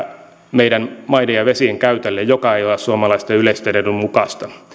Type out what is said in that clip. meidän maiden ja vesien käytölle mikä ei ole suomalaisten yleisten etujen mukaista